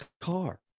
car